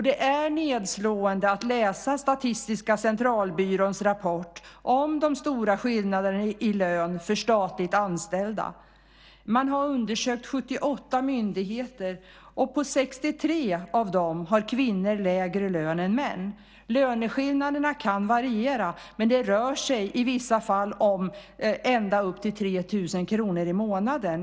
Det är nedslående att läsa Statistiska Centralbyråns rapport om de stora skillnaderna i lön för statligt anställda. Man har undersökt 78 myndigheter, och på 63 av dem har kvinnor lägre lön än män. Löneskillnaderna kan variera, men det rör sig i vissa fall om ända upp till 3 000 kr i månaden.